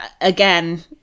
again